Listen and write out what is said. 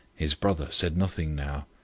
his brother said nothing now.